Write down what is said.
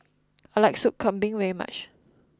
I like Sop Kambing very much